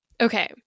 okay